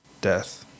death